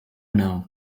know